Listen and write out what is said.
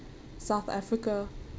south africa